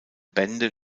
bände